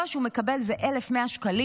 אני